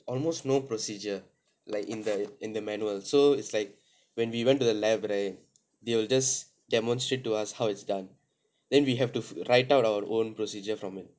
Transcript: almost no procedure like in the in the manual so it's like when we went to the lab right they will just demonstrate to us how it's done then we have to write out our own procedure from it